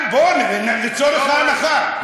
בוא, לצורך ההנחה.